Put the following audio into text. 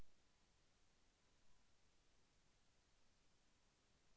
పంటలో కోత దశ ప్రాముఖ్యత ఏమిటి?